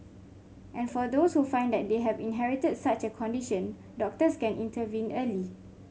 and for those who find that they have inherited such a condition doctors can intervene early